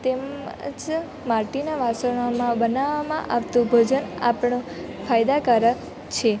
તેમજ માટીના વાસણોમાં બનાવવામાં આવતું ભોજન આપણું ફાયદાકારક છે